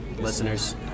Listeners